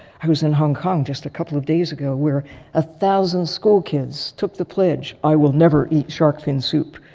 i was in hong kong just a couple of days ago where a thousand school kids took the pledge, i will never eat shark fin soup.